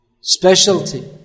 specialty